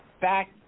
back